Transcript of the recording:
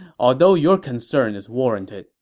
although your concern is warranted,